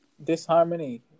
Disharmony